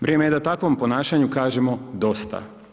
Vrijeme je da takvom ponašanju kažemo dosta.